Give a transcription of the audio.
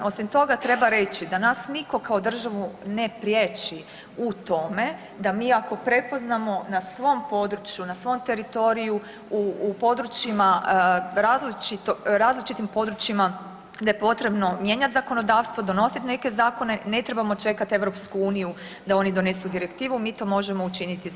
Osim toga treba reći da nas niko kao državu ne priječi u tome da mi ako prepoznamo na svom području, na svom teritoriju u različitim područjima da je potrebno mijenjati zakonodavstvo, donositi neke zakone ne trebamo čekati EU da oni donesu direktivu mi to možemo učiniti sami.